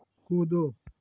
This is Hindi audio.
कूदो